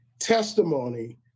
testimony